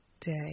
day